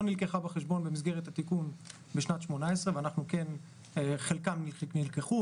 נלקחה בחשבון במסגרת התיקון בשנת 2018. חלקם נלקחו,